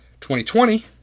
2020